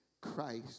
Christ